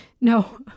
no